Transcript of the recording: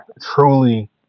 truly